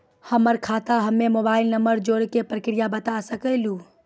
हमर खाता हम्मे मोबाइल नंबर जोड़े के प्रक्रिया बता सकें लू?